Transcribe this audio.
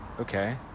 Okay